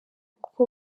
uko